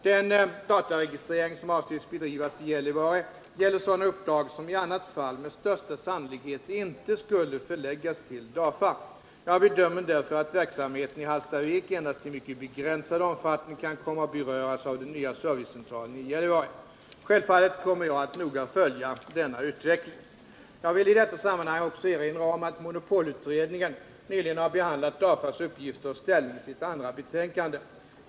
Den dataregistrering som avses bedrivas i Gällivare gäller sådana uppdrag som i annat fall med största sannolikhet inte skulle förläggas till DAFA. Jag bedömer därför att verksamheten i Hallstavik endast i mycket begränsad omfattning kan komma att beröras av den nya servicecentralen i Gällivare. Självfallet kommer jag att noga följa denna utveckling. Jag vill i detta sammanhang också erinra om att monopolutredningen nyligen har behandlat DAFA:s uppgifter och ställning i sitt andra betänkande .